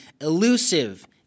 elusive—